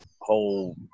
whole